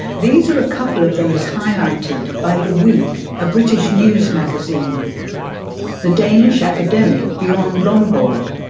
these are a couple of those highlighted by the week, a british news magazine the danish academic, bjorn lomborg.